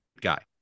guy